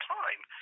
time